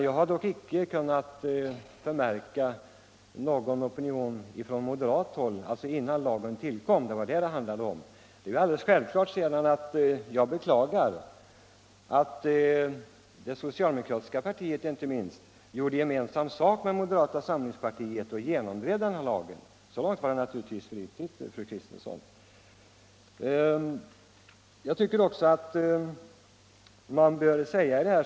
Jag har dock inte kunnat förmärka någon sådan opinionsyttring från moderat håll före lagens tillkomst. Det var detta det handlade om. Sedan är det alldeles självklart att jag inte minst beklagar att det socialdemokratiska partiet gjorde gemensam sak med moderata samlingspartiet och genomdrev den här lagen. Så långt var det naturligtvis riktigt, fru Kristensson.